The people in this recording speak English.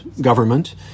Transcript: government